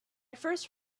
first